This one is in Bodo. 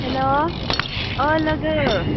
हेल' औ लोगो